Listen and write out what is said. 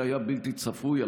שהיה בלתי צפוי.